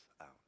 out